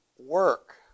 Work